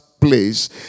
place